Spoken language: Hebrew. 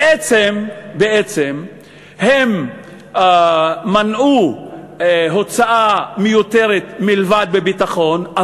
בעצם הם מנעו הוצאה מיותרת מלבד בביטחון,